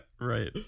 Right